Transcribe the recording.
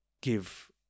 give